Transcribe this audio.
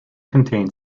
contained